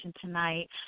tonight